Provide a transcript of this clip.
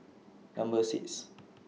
Number six